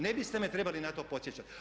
Ne biste me trebali na to podsjećati.